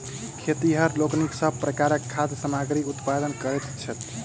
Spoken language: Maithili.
खेतिहर लोकनि सभ प्रकारक खाद्य सामग्रीक उत्पादन करैत छथि